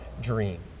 dream